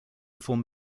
before